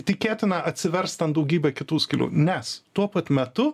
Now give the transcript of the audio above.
tikėtina atsivers ten daugybė kitų skylių nes tuo pat metu